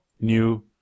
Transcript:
new